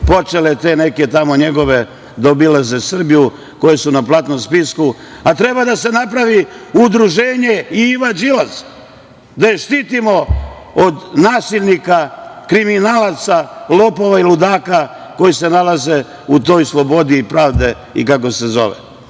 počele te neke tamo njegove da obilaze Srbiju koje su na platnom spisku, a treba da se napravi udruženje Iva Đilas, da je štitimo od nasilnika, kriminalac, lopova i ludaka koji se nalaze u toj slobodi i pravdi, kako se zove.I